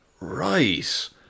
Right